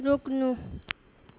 रोक्नु